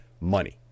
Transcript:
money